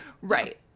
Right